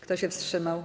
Kto się wstrzymał?